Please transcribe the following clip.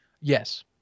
Yes